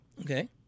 Okay